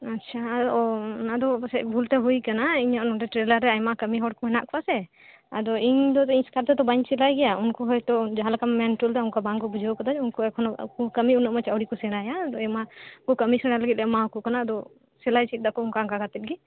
ᱟᱪᱪᱷᱟ ᱚᱱᱟ ᱫᱚ ᱯᱟᱥᱮᱫ ᱵᱷᱩᱞ ᱛᱮ ᱦᱩᱭ ᱟᱠᱟᱱᱟ ᱤᱧᱟᱜ ᱴᱨᱮᱞᱟᱨ ᱨᱮ ᱟᱭᱢᱟ ᱠᱟᱹᱢᱤ ᱦᱚᱲ ᱠᱚ ᱦᱮᱱᱟᱜ ᱠᱚᱣᱟ ᱥᱮ ᱟᱫᱚ ᱟᱫᱚ ᱤᱧ ᱫᱚ ᱤᱧ ᱮᱥᱠᱟᱨ ᱛᱮᱫᱚ ᱵᱟᱹᱧ ᱥᱮᱞᱟᱭ ᱜᱮᱭᱟ ᱩᱱᱠᱩ ᱦᱳᱭ ᱛᱳ ᱡᱟᱦᱟ ᱞᱮᱠᱟᱢ ᱢᱮᱱ ᱚᱴᱚ ᱞᱮᱫᱟ ᱵᱟᱝ ᱠᱚ ᱵᱩᱡᱷᱟᱹᱣ ᱟᱠᱟᱫᱟ ᱩᱱᱠᱩ ᱮᱠᱷᱳᱱᱳ ᱠᱟᱹᱢᱤ ᱩᱱᱟᱹ ᱢᱚᱸᱡᱽ ᱟᱣᱨᱤ ᱠᱚ ᱥᱮᱲᱟᱭᱟ ᱩᱱᱠᱩ ᱠᱟᱹᱢᱤ ᱥᱮᱲᱟ ᱞᱟᱹᱜᱤᱫ ᱞᱮ ᱮᱢᱟ ᱟᱠᱚ ᱠᱟᱱᱟ ᱟᱫᱚ ᱥᱮᱞᱟᱭ ᱪᱮᱫ ᱮᱫᱟᱠᱩ ᱚᱱᱠᱟ ᱚᱱᱠᱟ ᱠᱟᱛᱮᱜᱮ